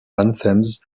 anthems